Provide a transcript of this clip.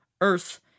earth